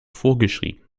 vorgeschrieben